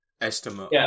estimate